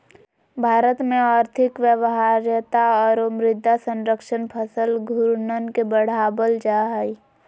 भारत में और्थिक व्यवहार्यता औरो मृदा संरक्षण फसल घूर्णन के बढ़ाबल जा हइ